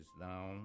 now